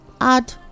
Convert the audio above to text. add